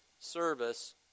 service